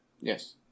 Yes